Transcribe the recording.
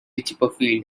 chipperfield